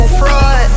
fraud